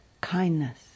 kindness